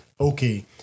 okay